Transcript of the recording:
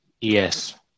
Yes